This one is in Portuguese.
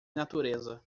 natureza